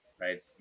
Right